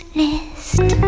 list